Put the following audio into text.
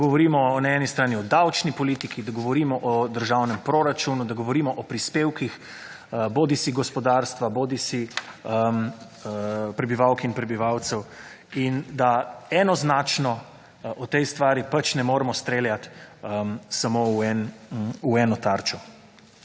Da govorimo na enni strani o davčni politiki, da govorimo o državnem proračunu, da govorimo o prispevkiih bodisi gospodarstva, bodisi prebivalk in prebivalcev in da enoznačno o tej stvari pač ne moremo streljati samo v eno tarčo.